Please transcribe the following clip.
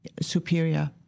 superior